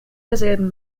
derselben